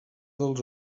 dels